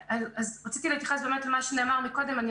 רציתי להתייחס למה שנאמר קודם.